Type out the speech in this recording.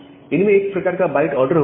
इनमें एक प्रकार का बाइट ऑर्डर होता है